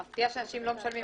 מפתיע שאנשים לא משלמים?